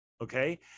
okay